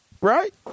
right